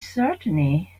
certainly